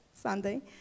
Sunday